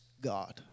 God